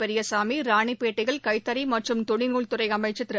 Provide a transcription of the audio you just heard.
பெரியசாமி ரானரிடேட்ளடயில் கைத்தறி மற்றும் துணிநூல் அமைச்சர் திரு